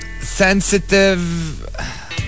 sensitive